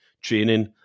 training